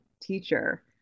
teacher